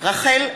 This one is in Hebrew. רחל עזריה,